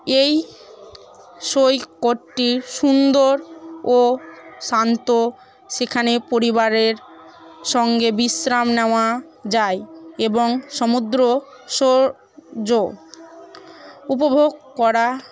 এই সৈকতটি সুন্দর ও শান্ত সেখানে পরিবারের সঙ্গে বিশ্রাম নেওয়া যায় এবং সমুদ্র সৌন্দর্য উপভোগ করা